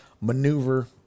maneuver